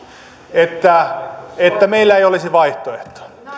että että meillä ei olisi vaihtoehtoa